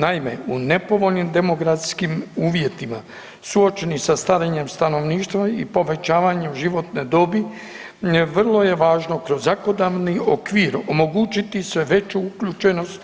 Naime, u nepovoljnim demogradskim uvjetima, suočeni sa starenjem stanovništva i povećavanjem životne dobi, vrlo je važno kroz zakonodavni okvir omogućiti sve veću uključenost